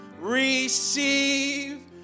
receive